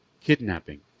kidnapping